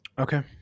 Okay